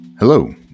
Hello